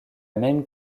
même